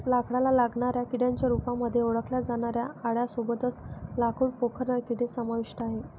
लाकडाला लागणाऱ्या किड्यांच्या रूपामध्ये ओळखल्या जाणाऱ्या आळ्यां सोबतच लाकूड पोखरणारे किडे समाविष्ट आहे